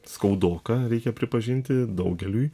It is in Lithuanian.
skaudoka reikia pripažinti daugeliui